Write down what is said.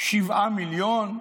שבעה מיליון.